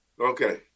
Okay